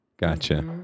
gotcha